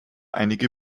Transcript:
einige